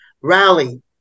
rally